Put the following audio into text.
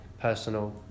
personal